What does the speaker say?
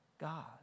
God